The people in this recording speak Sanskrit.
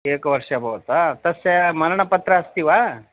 एकवर्षम् अभवत् तस्य मरणपत्रम् अस्ति वा